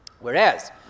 Whereas